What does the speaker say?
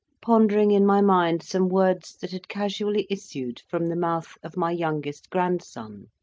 pondering in my mind some words that had casually issued from the mouth of my youngest grandson,